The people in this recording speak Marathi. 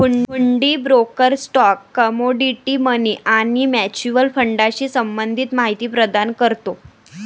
हुंडी ब्रोकर स्टॉक, कमोडिटी, मनी आणि म्युच्युअल फंडाशी संबंधित माहिती प्रदान करतो